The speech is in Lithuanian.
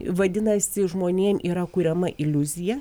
vadinasi žmonėm yra kuriama iliuzija